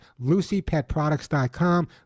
LucyPetProducts.com